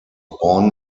born